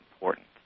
important